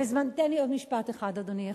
תן לי עוד משפט אחד, אדוני.